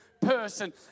person